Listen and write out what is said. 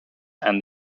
and